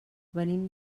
venim